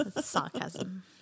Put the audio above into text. Sarcasm